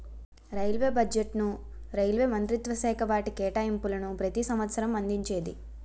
railway బడ్జెట్ను railway మంత్రిత్వశాఖ వాటి కేటాయింపులను ప్రతి సంవసరం అందించేది